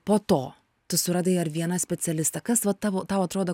po to tu suradai ar vieną specialistą kas va tavo tau atrodo